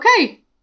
okay